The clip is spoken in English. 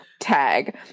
tag